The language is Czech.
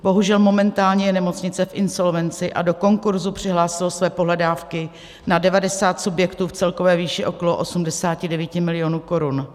Bohužel momentálně je nemocnice v insolvenci a do konkurzu přihlásilo své pohledávky na 90 subjektů v celkové výši okolo 89 milionů korun.